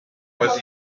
was